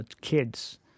kids